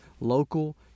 local